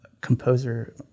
composer